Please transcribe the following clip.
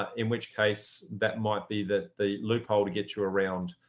ah in which case that might be that the loophole to get you around.